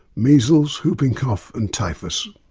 measles, whooping cough and typhus.